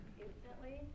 instantly